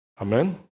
Amen